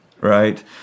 right